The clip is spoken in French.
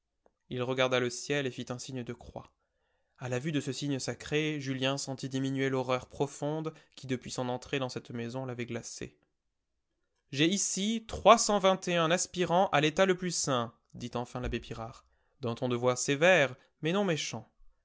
il regarda le ciel et fit un signe de croix a la vue de ce signe sacré julien sentit diminuer l'horreur profonde qui depuis son entrée dans cette maison l'avait glacé j'ai ici trois cent vingt et un aspirants à l'état le plus saint dit enfin l'abbé pirard d'un ton de voix sévère mais non méchant